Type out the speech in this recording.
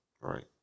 Right